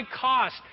cost